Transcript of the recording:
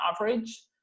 average